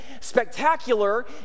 spectacular